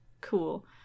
Cool